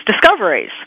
discoveries